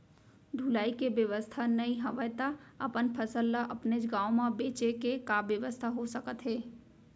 ढुलाई के बेवस्था नई हवय ता अपन फसल ला अपनेच गांव मा बेचे के का बेवस्था हो सकत हे?